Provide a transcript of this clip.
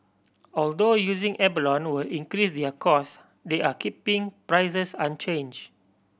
although using abalone will increase their cost they are keeping prices unchanged